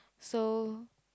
so